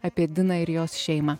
apie diną ir jos šeimą